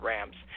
Rams